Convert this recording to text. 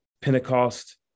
Pentecost